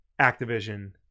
Activision